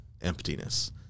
emptiness